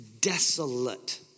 desolate